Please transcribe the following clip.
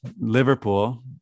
Liverpool